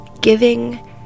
giving